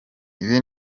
ibi